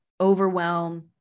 overwhelm